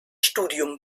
studium